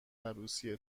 عروسی